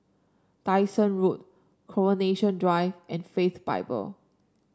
Dyson Road Coronation Drive and Faith Bible